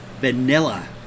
vanilla